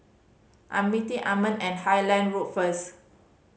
I am meeting Armand at Highland Road first